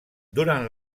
durant